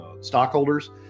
stockholders